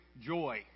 joy